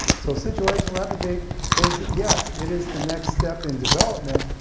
so situational empathy is, yes, it is the next step in development,